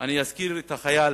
אני אזכיר את החייל